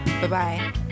Bye-bye